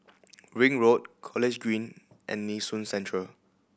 Ring Road College Green and Nee Soon Central